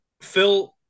Phil